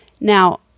Now